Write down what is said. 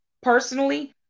personally